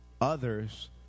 others